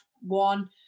one